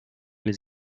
les